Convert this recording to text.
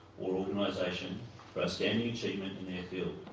or organisation for outstanding achievement in their field.